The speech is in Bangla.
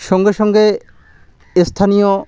সঙ্গে সঙ্গে স্থানীয়